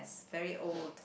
very old